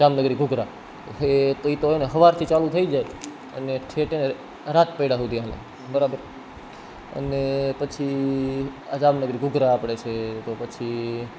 જામનગરી ઘૂઘરા છે તો એતો છેને સવારથી ચાલુ થઈ જાય અને ઠેઠ રાત પડ્યા સુધી ચાલે બરાબર અને પછી આ જામનગરી ઘૂઘરા આપણે છે તો પછી